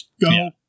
go